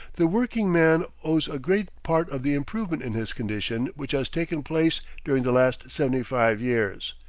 the workingman owes a great part of the improvement in his condition which has taken place during the last seventy-five years.